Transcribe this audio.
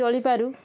ଚଳିପାରୁ